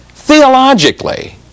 Theologically